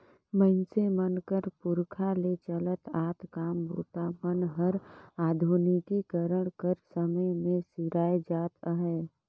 मइनसे मन कर पुरखा ले चलत आत काम बूता मन हर आधुनिकीकरन कर समे मे सिराए जात अहे